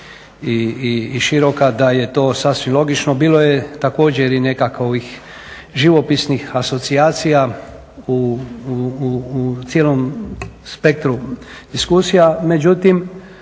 i široka da je to sasvim logično. Bilo je također i nekakovih živopisnih asocijacija u cijelom spektru diskusija, međutim